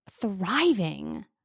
thriving